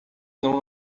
não